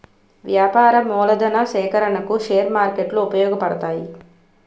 వ్యాపార మూలధన సేకరణకు షేర్ మార్కెట్లు ఉపయోగపడతాయి